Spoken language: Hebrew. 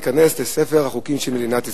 הוא ייכנס לספר החוקים של מדינת ישראל.